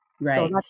Right